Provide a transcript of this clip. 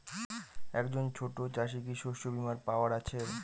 একজন ছোট চাষি কি শস্যবিমার পাওয়ার আছে?